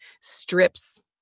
strips